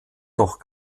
doch